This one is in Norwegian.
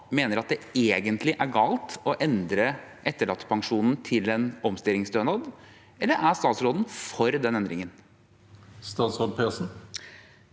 mener at det egentlig er galt å endre etterlattepensjonen til en omstillingsstønad, eller er statsråden for den endringen? Statsråd Marte